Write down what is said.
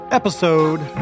episode